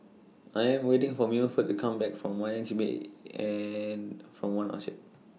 I Am waiting For Milford to Come Back from Y M C A and from one Orchard